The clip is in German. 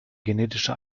genetische